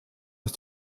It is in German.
uns